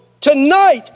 Tonight